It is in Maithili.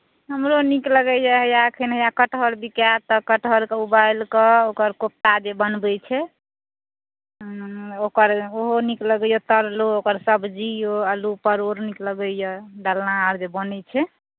हमरो नीक लगैए इएह हैया एखने कटहर बिकायत तऽ कटहरके उबालि कऽ ओकर कोफ़्ता जे बनबैत छै हँ ओकर ओहो नीक लगैए तरलो ओकर सब्जियो आलू परोड़ नीक लगैए डालना आओर जे बनैत छै